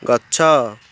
ଗଛ